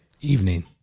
Evening